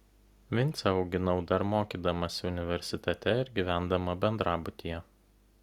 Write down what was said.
vincę auginau dar mokydamasi universitete ir gyvendama bendrabutyje